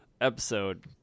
episode